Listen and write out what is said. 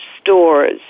stores